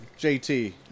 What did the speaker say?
jt